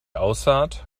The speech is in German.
aussaat